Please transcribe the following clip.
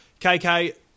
KK